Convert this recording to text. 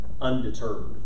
undeterred